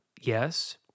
yes